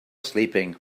sleeping